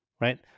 right